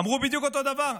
אמרו בדיוק אותו הדבר,